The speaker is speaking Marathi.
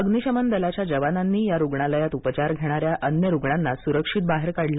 अग्निशमन दलाच्या जवानांनी या रुग्णालयात उपचार घेणाऱ्या अन्य रुग्णांना सुरक्षित बाहेर काढलं